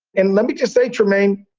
and let me just say, trymaine,